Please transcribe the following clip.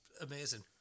amazing